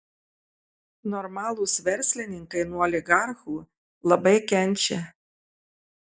normalūs verslininkai nuo oligarchų labai kenčia